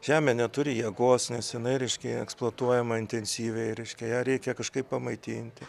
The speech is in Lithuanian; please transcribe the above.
žemė neturi jėgos nes jinai reiškia eksploatuojama intensyviai reiškia ją reikia kažkaip pamaitinti